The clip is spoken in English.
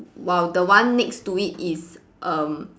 while the one next to it is um